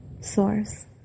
source